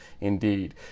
indeed